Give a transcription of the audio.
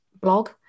blog